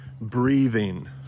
breathing